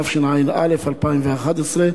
התשע"א 2011,